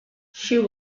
she